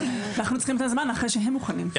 אנחנו צריכים את הזמן אחרי שהם מוכנים.